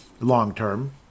long-term